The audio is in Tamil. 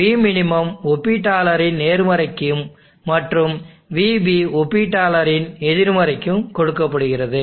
vmin ஒப்பீட்டாளரின் நேர்மறைக்கு மற்றும் vB ஒப்பீட்டாளரின் எதிர்மறைக்கு கொடுக்கப்படுகிறது